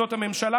שהיא של הממשלה,